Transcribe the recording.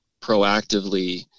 proactively